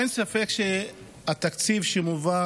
אין ספק שהתקציב שמובא